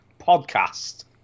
Podcast